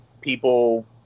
people